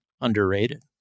underrated